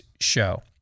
show